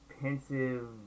pensive